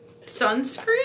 Sunscreen